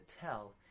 tell